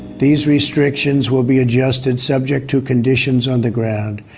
these restrictions will be adjusted subject to conditions on the ground.